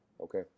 Okay